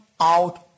out